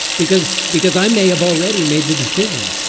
because because i may have already made the decision,